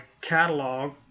catalog